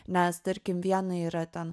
nes tarkim viena yra ten